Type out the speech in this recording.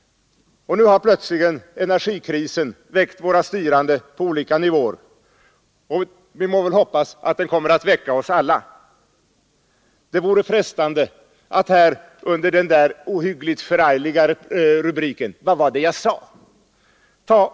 Nu har plötsligt energikrisen väckt våra styrande på alla nivåer, och vi må hoppas att den kommer att väcka oss alla. Det vore frestande att under den där ohyggligt förargliga rubriken — Vad var det jag sa!